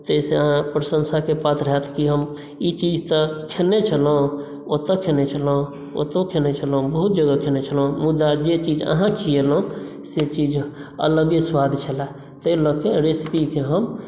ताहि सॅं आहाँ प्रशंसाके पात्र होयत कि हम ई चीज तऽ खेने छलहुॅं ओतय खेने छलहुॅं ओतौ खेने छलहुॅं बहुत जगह खेने छलहुॅं मुदा जे चीज आहाँ खुयेलहुॅं से चीज अलगे स्वाद छलय ताहि लऽ कऽ रेसिपी केँ हम